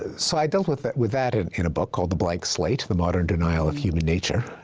ah so i dealt with that with that in in a book called the blank slate the modern denial of human nature,